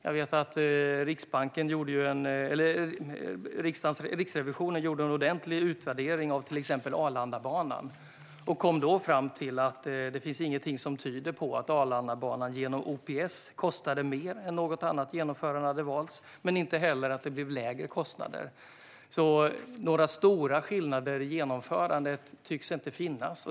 Jag vet att Riksrevisionen gjorde en ordentlig utvärdering av till exempel Arlandabanan. Man kom då fram till att det inte finns någonting som tyder på att Arlandabanan genom OPS kostade mer än om något annat genomförande hade valts, men inte heller att det blev lägre kostnader. Några stora skillnader i genomförandet tycks alltså inte finnas.